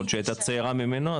יכול להיות שהיא הייתה צעירה ממנו,